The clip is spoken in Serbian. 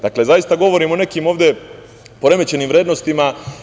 Dakle, zaista govorimo o nekim ovde poremećenim vrednostima.